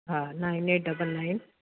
हा nine eight double nine